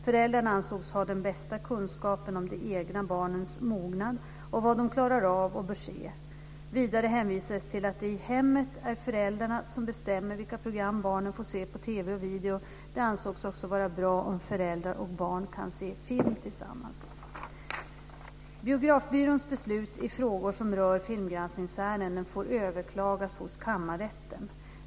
Föräldrarna ansågs ha den bästa kunskapen om de egna barnens mognad och vad de klarar av och bör se. Vidare hänvisades till att det i hemmet är föräldrarna som bestämmer vilka program barnen får se på TV och video. Det ansågs också vara bra om föräldrar och barn kan se film tillsammans. Biografbyråns beslut i frågor som rör filmgranskningsärenden får överklagas hos kammarrätten.